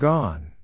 Gone